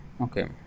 okay